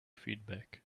feedback